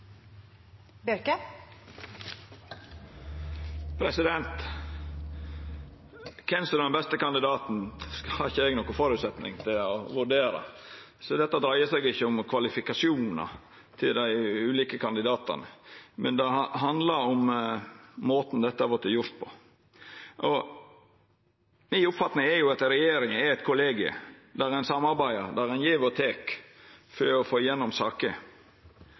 den beste kandidaten, har ikkje eg nokon føresetnad for å vurdera, så dette dreier seg ikkje om kvalifikasjonane til dei ulike kandidatane, men det handlar om måten dette har vorte gjort på. Mi oppfatning er at regjeringa er eit kollegium, der ein samarbeider, der ein gjev og tek for å få gjennom saker.